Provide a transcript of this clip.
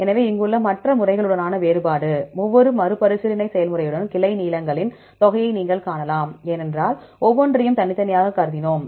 எனவே இங்குள்ள மற்ற முறைகளுடனான வேறுபாடு ஒவ்வொரு மறுபரிசீலனை செயல்முறையுடனும் கிளை நீளங்களின் தொகையை நீங்கள் காணலாம் ஏனென்றால் ஒவ்வொன்றையும் தனித்தனியாகக் கருதினோம்